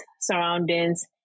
surroundings